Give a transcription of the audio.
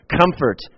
comfort